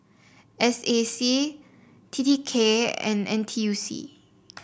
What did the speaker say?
S A C T T K and N T U C